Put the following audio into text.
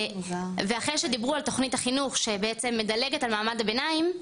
ואחרי שדיברו על תוכנית החינוך שבעצם מדלגת על מעמד הביניים,